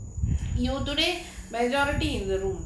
you today majority in the room